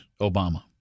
Obama